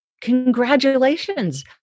congratulations